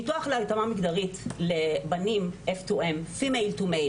ניתוח להתאמה מגדרית לבנים, FTM (נקבה אל זכר)